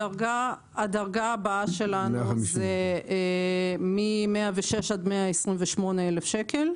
הדרגה הבאה שלנו היא מ-106,000 עד 128,000 שקל.